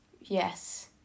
Yes